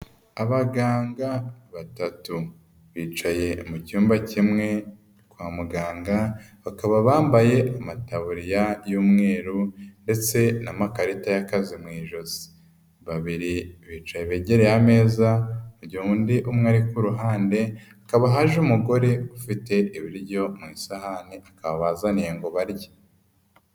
Abaganga batatu bicaye mu cyumba kimwe kwa muganga, bakaba bambaye amataburiya y'umweru ndetse n'amakarita y'akazi mu ijosi. Babiri bicaye begereye ameza mu gihe undi umwe ari ku ruhande, hakaba haje umugore ufite ibiryo mu isahane akaba abazaniye ngo barye.